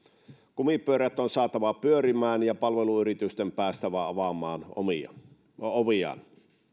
kumipyörät on saatava pyörimään ja palveluyritysten on päästävä avaamaan oviaan